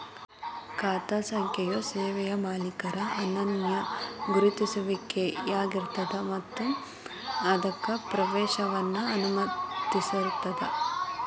ಖಾತಾ ಸಂಖ್ಯೆಯು ಸೇವೆಯ ಮಾಲೇಕರ ಅನನ್ಯ ಗುರುತಿಸುವಿಕೆಯಾಗಿರ್ತದ ಮತ್ತ ಅದಕ್ಕ ಪ್ರವೇಶವನ್ನ ಅನುಮತಿಸುತ್ತದ